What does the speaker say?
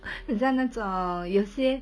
好像那种有些